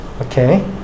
okay